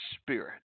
spirit